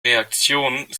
reaktionen